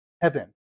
heaven